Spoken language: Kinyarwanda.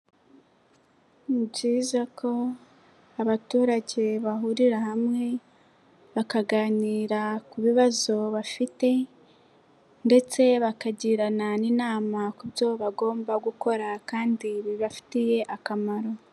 Ni byiza ko abaturage bahurira hamwe, bakaganira ku bibazo bafite ndetse bakagirana n'inama ku byo bagomba gukora kandi bibafitiye akamaro.